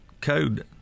code